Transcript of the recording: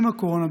עם הקורונה,